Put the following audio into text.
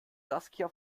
saskia